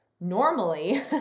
normally